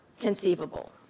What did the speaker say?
conceivable